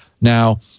Now